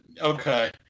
okay